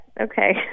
Okay